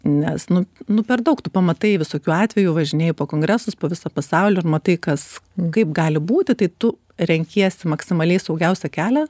nes nu nu per daug tu pamatai visokių atvejų važinėji po kongresus po visą pasaulį ir matai kas kaip gali būti tai tu renkiesi maksimaliai saugiausią kelią